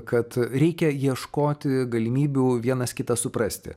kad reikia ieškoti galimybių vienas kitą suprasti